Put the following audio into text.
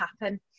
happen